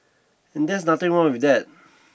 and that's nothing wrong with that